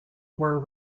were